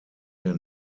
der